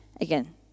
again